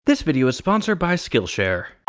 this video is sponsored by skillshare!